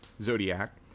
Zodiac